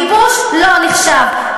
הכיבוש לא נחשב,